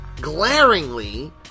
glaringly